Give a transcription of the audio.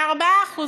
ב-4%.